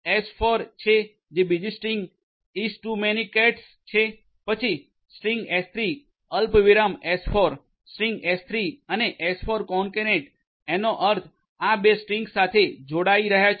S4 છે બીજી string is to many cats છે પછી સ્ટ્રીંગ એસ3 અલ્પવિરામ એસ4 સ્ટ્રીંગસ એસ3 અને એસ4 કોન્કેટનેટ એનો અર્થ આ બે સ્ટ્રીંગસ સાથે જોડાએ રહી છે